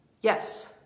Yes